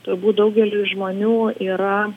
turbūt daugeliui žmonių yra